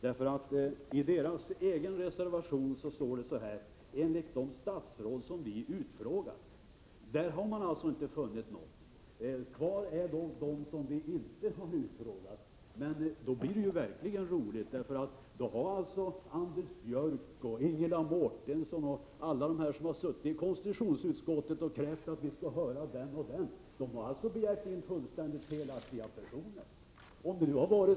I folkpartiledamöternas egen reservation talas det om ”de statsråd som utskottet utfrågat”, och där har man inte funnit något. Då återstår de statsråd som vi inte har utfrågat, och då blir det ju verkligt roligt. Då har Anders Björck, Ingela Mårtensson och andra som suttit i utskottet och krävt att vi skall höra den och den begärt att få fråga ut fullständigt fel personer!